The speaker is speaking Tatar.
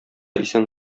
исән